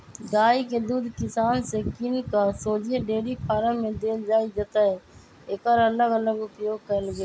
गाइ के दूध किसान से किन कऽ शोझे डेयरी फारम में देल जाइ जतए एकर अलग अलग उपयोग कएल गेल